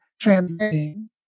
Transmitting